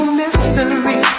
mystery